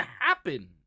happen